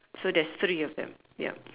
so there's three of them ya